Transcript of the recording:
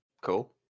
Cool